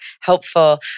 helpful